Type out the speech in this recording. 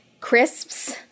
crisps